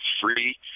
free